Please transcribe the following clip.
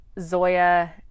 Zoya